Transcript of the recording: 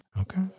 Okay